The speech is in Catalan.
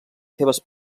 seves